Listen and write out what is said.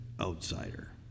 outsider